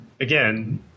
again